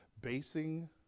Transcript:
basing